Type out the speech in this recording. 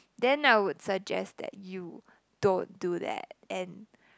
then I would suggest that you don't do that and